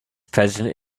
president